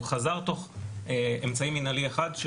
הוא חזר תוך אמצעי מנהלי אחד,